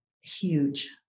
huge